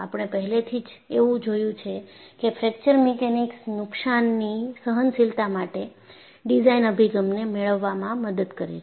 આપણે પહેલેથી જ એવું જોયું છે કે ફ્રેક્ચર મિકેનિક્સ નુકશાનની સહનશીલતા માટે ડિઝાઇન અભિગમને મેળવવામાં મદદ કરે છે